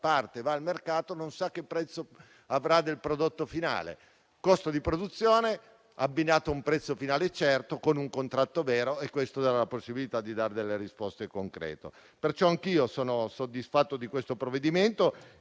parte, va al mercato e non sa che prezzo avrà del prodotto finale. Un costo di produzione, abbinato a un prezzo finale certo, con un contratto vero: questo dà la possibilità di dare delle risposte concrete. Perciò anch'io sono soddisfatto di questo provvedimento e